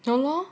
大 lor